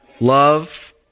love